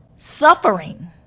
Suffering